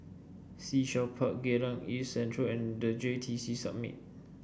Sea Shell Park Geylang East Central and The J T C Summit